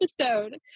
episode